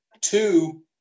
Two